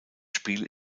spiel